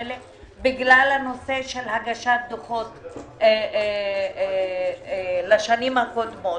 האלה בגלל הנושא של הגשת דוחות לשנים הקודמות.